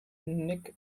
nick